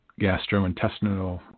gastrointestinal